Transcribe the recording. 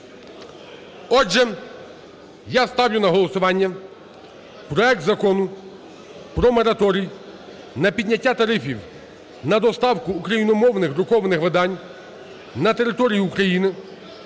Отже, я ставлю на голосування проект Закону про мораторій на підняття тарифів на доставку україномовних друкованих видань на території України